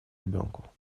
ребенку